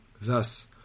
Thus